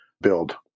build